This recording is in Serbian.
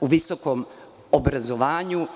u visokom obrazovanju.